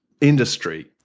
industry